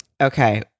Okay